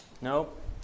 Nope